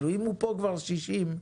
אם הוא פה כבר ב-60 אחוזים,